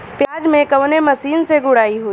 प्याज में कवने मशीन से गुड़ाई होई?